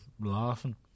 laughing